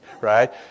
right